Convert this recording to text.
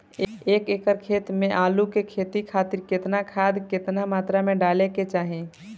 एक एकड़ खेत मे आलू के खेती खातिर केतना खाद केतना मात्रा मे डाले के चाही?